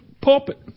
pulpit